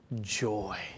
joy